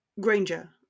Granger